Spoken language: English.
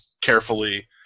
carefully